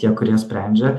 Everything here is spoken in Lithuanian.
tie kurie sprendžia